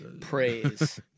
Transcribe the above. praise